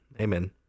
Amen